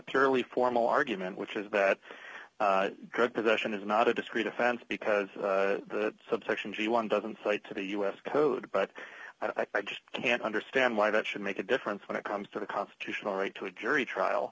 purely formal argument which is that drug possession is not a discrete offense because subsection g one doesn't cite to the u s code but i just can't understand why that should make a difference when it comes to the constitutional right to a jury trial